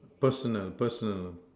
personal personal